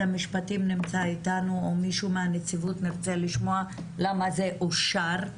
המשפטים נמצא איתנו או מישהו מהנציבות לשמוע למה זה אושר,